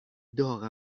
داغ